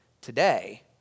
today